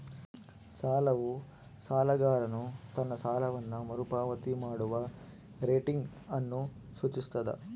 ಸಾಲವು ಸಾಲಗಾರನು ತನ್ನ ಸಾಲವನ್ನು ಮರುಪಾವತಿ ಮಾಡುವ ರೇಟಿಂಗ್ ಅನ್ನು ಸೂಚಿಸ್ತದ